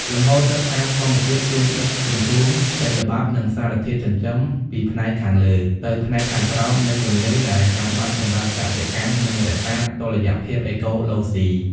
លំហូរទឹកតាមធម្មជាតិជួយដឹកជញ្ជូនដីល្បាប់ និងសារធាតុចិញ្ចឹមពីផ្នែកខាងលើទៅផ្នែកខាងក្រោមនៃទន្លេ ដែលចាំបាច់សម្រាប់កសិកម្ម និងរក្សាតុល្យភាពអេកូឡូស៊ី។